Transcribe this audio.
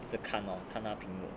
一直看 lor 看那屏幕